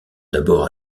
d’abord